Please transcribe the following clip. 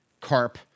carp